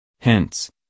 Hence